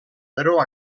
però